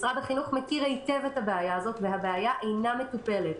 משרד החינוך מכיר היטב את הבעיה הזאת אך היא אינה מטופלת.